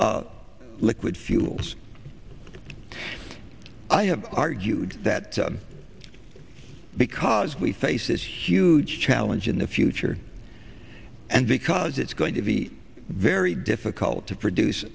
liquid fuels i have argued that because we face this huge challenge in the future and because it's going to be very difficult to produce